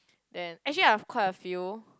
then actually I have quite a few